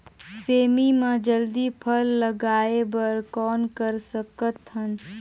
सेमी म जल्दी फल लगाय बर कौन कर सकत हन?